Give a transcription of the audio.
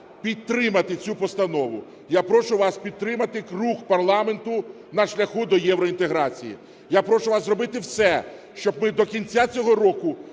підтримати цю Постанову. Я прошу вас підтримати рух парламенту на шляху до євроінтеграції. Я прошу вас зробити все, щоб ми до кінця цього року